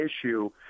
issue